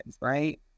right